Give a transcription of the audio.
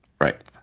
Right